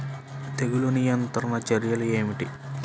తెగులు నియంత్రణ చర్యలు ఏమిటి?